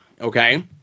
okay